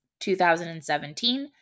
2017